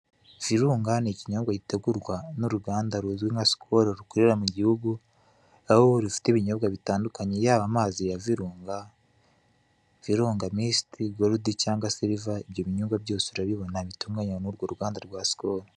Virunga ni ikinyobwa gitegurwa n'uruganda ruzwi nka Skol rukorera mu gihugu, aho rufite ibinyobwa bitandukanye. Yaba amazi ya Virunga, Virunga misiti, gorudi, cyangwa siliva, ibyo binyobwa byose urabibona bitunganywa n'urwo ruganda rwa Skol.